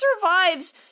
survives